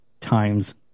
times